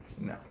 No